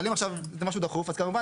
אבל אם עכשיו זה משהו דחוף אז כמובן